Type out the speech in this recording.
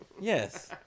yes